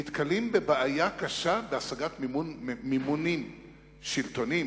נתקלים בבעיה קשה בהשגת מימונים שלטוניים,